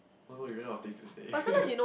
oh no you ran out things to say